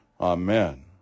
Amen